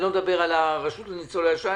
לא מדבר על הרשות לניצולי השואה.